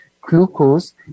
glucose